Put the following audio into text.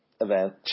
Event